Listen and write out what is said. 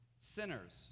Sinners